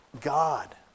God